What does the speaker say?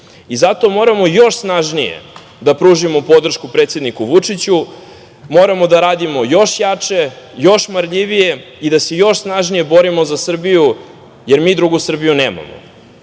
moramo još snažnije da pružimo podršku predsedniku Vučiću, moramo da radimo još jače, još marljivije i da se još snažnije borimo za Srbiju, jer mi drugu Srbiju nemamo. Zbog